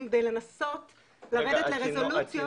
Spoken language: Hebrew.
כדי לנסות לרדת לרזולוציות --- רגע,